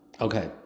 Okay